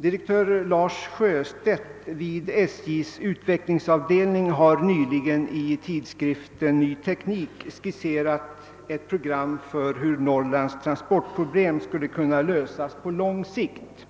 Direktör Lars Sjöstedt vid SJ:s utvecklingsavdelning har nyligen i tidskriften Ny Teknik skisserat ett program för hur Norrlands transportproblem skulle kunna lösas på lång sikt.